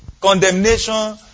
condemnation